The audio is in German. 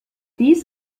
dies